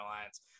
Alliance